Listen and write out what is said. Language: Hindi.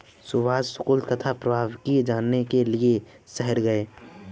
सुभाष शुल्क तथा प्रभावी जानने के लिए शहर गया